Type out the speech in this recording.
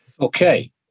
Okay